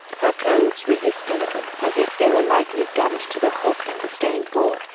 her clothes resist a little, as if they were lightly gummed to the hook and the stained wall,